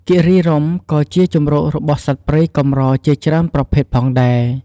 គិរីរម្យក៏ជាទីជម្រករបស់សត្វព្រៃកម្រជាច្រើនប្រភេទផងដែរ។